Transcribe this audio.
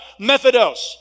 Methodos